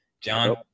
John